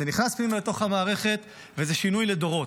זה נכנס פנימה לתוך המערכת וזה שינוי לדורות.